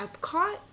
epcot